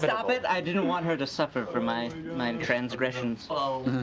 but ah but i didn't want her to suffer from my my um transgressions. so